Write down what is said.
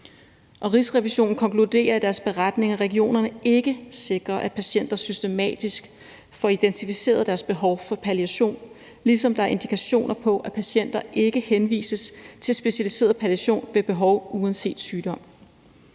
Rigsrevisionen konkluderer i deres beretning, at regionerne ikke sikrer, at patienter systematisk får identificeret deres behov for palliation, ligesom der er indikationer på, at patienter ikke henvises til specialiseret palliation ved behov, uanset sygdom.